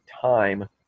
time